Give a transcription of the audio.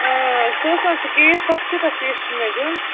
سُہ اوس نہٕ حظ سُہ کیس تَتھ کوٗتاہ فیٖس چھِ مےٚ دیُن